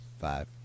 Five